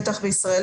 בטח בישראל,